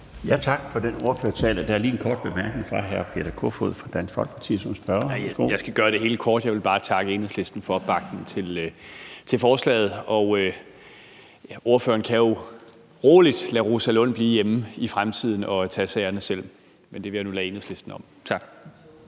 Tak for den ordførertale. Der er lige en kort bemærkning fra hr. Peter Kofod som spørger fra Dansk Folkeparti. Værsgo. Kl. 19:44 Peter Kofod (DF): Jeg skal gøre det helt kort. Jeg vil bare takke Enhedslisten for opbakning til forslaget. Ordføreren kan jo roligt lade Rosa Lund blive hjemme i fremtiden og tage sagerne selv, men det vil jeg nu lade Enhedslisten om at